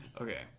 Okay